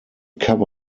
cover